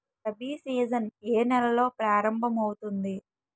Rabi season ఏ నెలలో ప్రారంభమౌతుంది?